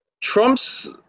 Trump's